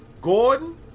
Gordon